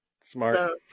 smart